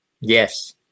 Yes